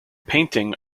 painting